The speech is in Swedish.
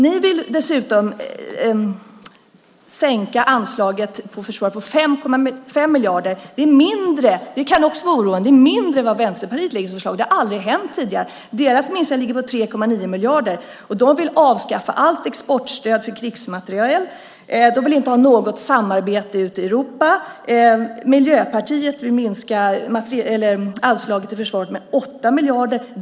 Ni vill dessutom sänka anslaget till försvaret med 5 miljarder. Det kan också vara oroande, men det är mindre än vad Vänsterpartiet föreslår. Deras minskningar ligger på 3,9 miljarder, de vill avskaffa allt exportstöd för krigsmateriel och de vill inte ha något samarbete i Europa. Miljöpartiet vill minska anslaget till försvaret med 8 miljarder.